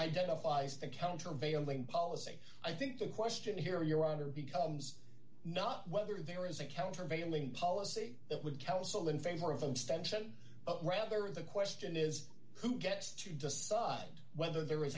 identifies the countervailing policy i think the question here your honor becomes not whether there is a countervailing policy that would counsel in favor of an extension but rather is a question is who gets to decide whether there